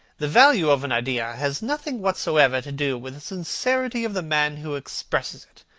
the value of an idea has nothing whatsoever to do with the sincerity of the man who expresses it.